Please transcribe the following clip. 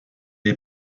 est